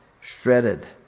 shredded